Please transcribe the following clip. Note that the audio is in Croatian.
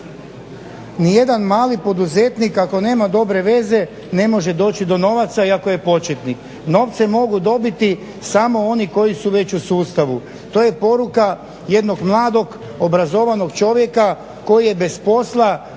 "Nijedan mali poduzetnik ako nema dobre veze ne može doći do novaca iako je početnik. Novce mogu dobiti samo oni koji su već u sustavu". To je poruka jednog mladog obrazovnog čovjeka koji je bez posla,